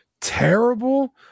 terrible